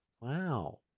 Wow